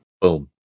Boom